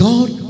God